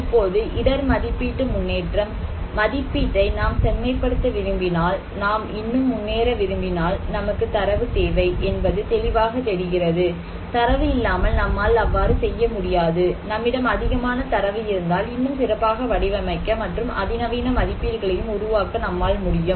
இப்போது இடர் மதிப்பீட்டு முன்னேற்றம் மதிப்பீட்டை நாம் செம்மைப்படுத்த விரும்பினால் நாம் இன்னும் முன்னேற விரும்பினால் நமக்கு தரவு தேவை என்பது தெளிவாகத் தெரிகிறது தரவு இல்லாமல் நம்மால் அவ்வாறு செய்ய முடியாது நம்மிடம் அதிகமான தரவு இருந்தால் இன்னும் சிறப்பாக வடிவமைக்க மற்றும் அதிநவீன மதிப்பீடுகளையும் உருவாக்க நம்மால் முடியும்